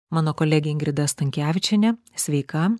mano kolegė ingrida stankevičienė sveika